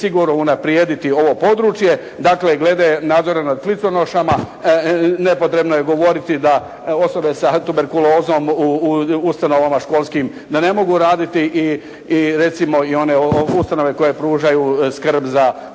sigurno unaprijediti ovo područje, dakle glede nadzora nad kliconošama. Nepotrebno je govoriti da osobe sa tuberkulozom u ustanovama školskim da ne mogu raditi i recimo i one ustanove koje pružaju skrb za određenu